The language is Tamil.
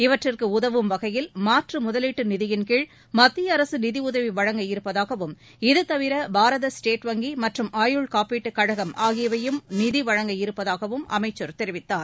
இவற்றுக்கு உதவும் வகையில் மாற்று முதலீட்டு நிதியின் கீழ் மத்திய அரசு நிதியுதவி வழங்க இருப்பதாகவும் இதுதவிர பாரத ஸ்டேட் வங்கி மற்றும் ஆயுள் காப்பீட்டு கழகம் ஆகியவையும் நிதியை வழங்க இருப்பதாகவும் அமைச்சர் தெரிவித்தார்